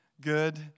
Good